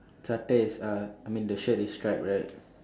sattai is uh I mean the shirt is stripe right